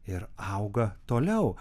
ir auga toliau